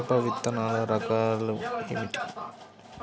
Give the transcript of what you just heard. మిరప విత్తనాల రకాలు ఏమిటి?